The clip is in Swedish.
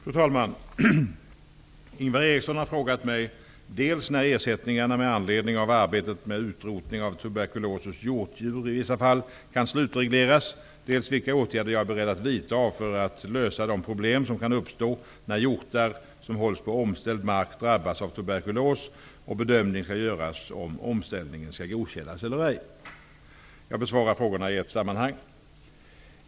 Fru talman! Ingvar Eriksson har frågat mig dels när ersättningarna med anledning av arbetet med utrotning av tuberkulos hos hjortdjur i vissa fall kan slutregleras, dels vilka åtgärder jag är beredd att vidta för att lösa de problem som kan uppstå när hjortar som hålls på omställd mark drabbas av tuberkulos och bedömning skall göras om omställningen skall godkännas eller ej. Jag besvarar frågorna i ett sammanhang.